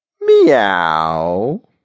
Meow